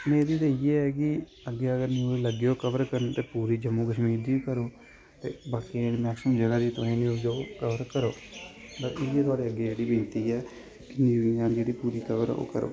मेरी ते इ'यै ऐ कि अग्गें अगर न्यूज लग्गे ओ न्यूज कवर करन ते पूरी जम्मू कशमीर दी करो ते बाकी दियें मैमक्सीमम जगह जे तुसें न्यूज कवर करो बस इयै थुआढ़े अग्गें जेह्ड़ी बिनती कि न्यूजां न जेह्ड़ी पूरी न ओह् कवर करो